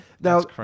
Now